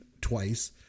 twice